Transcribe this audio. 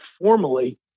formally